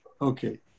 Okay